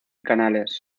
canales